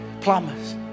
plumbers